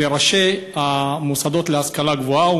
לראשי המוסדות להשכלה גבוהה.